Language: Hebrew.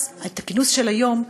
אז בכינוס של היום,